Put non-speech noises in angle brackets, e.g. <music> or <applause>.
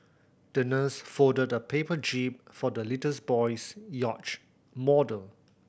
the nurse folded a paper jib for the little <unintelligible> boy's yacht model